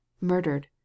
Murdered